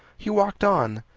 he walked on.